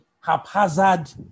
haphazard